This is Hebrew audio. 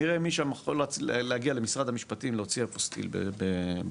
נראה מי שם יכול להגיע למשרד המשפטים להוציא אפוסטיל ברוסיה.